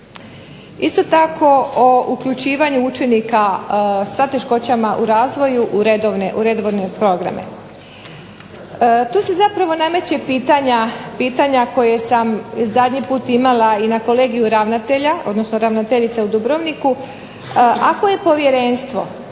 Isto tako uključivanje učenika sa teškoćama u razvoju u redovne programe. Tu se zapravo nameće pitanja koje sam zadnji put imala na kolegiju ravnateljica koje sam imala u Dubrovniku, ako je povjerenstvo